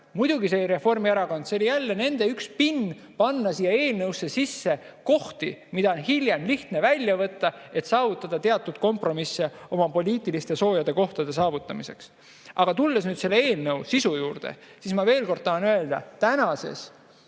Muidugi see oli Reformierakond. See oli jälle nende üks spinn panna siia eelnõusse sisse kohti, mida on hiljem lihtne välja võtta, et saavutada teatud kompromisse oma poliitiliste soojade kohtade saavutamiseks. Aga tulles nüüd selle eelnõu sisu juurde, ma tahan veel kord öelda: tänases